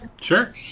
Sure